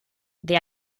they